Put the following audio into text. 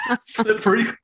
Slippery